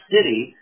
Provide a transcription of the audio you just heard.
City